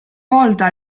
volta